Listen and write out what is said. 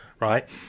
Right